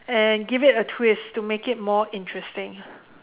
and give it a twist to make it more interesting